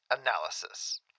analysis